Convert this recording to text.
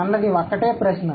అన్నది ఒక్కటే ప్రశ్న